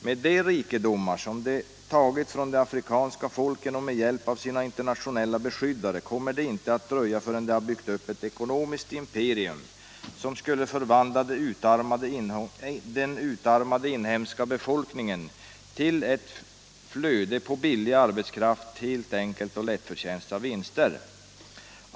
Med de rikedomar som de tagit från de afrikanska folken och med hjälp av sina internationella beskyddare kommer det inte att dröja förrän de har byggt upp ett ekonomiskt imperium, som skulle förvandla den utarmade inhemska befolkningen till ett flöde av billig arbetskraft som ger lättförtjänta vinster.